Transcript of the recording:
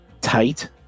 tight